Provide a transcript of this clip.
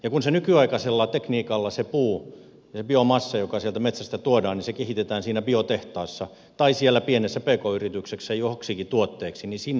ja kun se puu ja se biomassa joka sieltä metsästä tuodaan kehitetään nykyaikaisella tekniikalla siinä biotehtaassa tai siellä pienessä pk yrityksessä joksikin tuotteeksi niin sinne syntyvät ne työpaikat